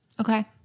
Okay